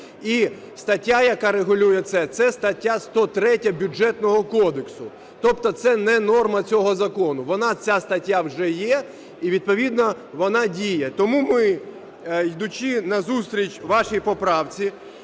І стаття, яка регулює це, – це стаття 103 Бюджетного кодексу. Тобто це не норма цього закону. Вона, ця стаття, вже є, і відповідно вона діє. Тому ми, йдучи на зустріч вашій поправці,